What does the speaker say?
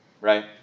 right